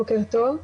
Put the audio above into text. בוקר טוב.